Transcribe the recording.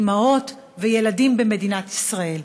אימהות וילדים במדינת ישראל.